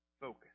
focus